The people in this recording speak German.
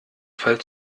fall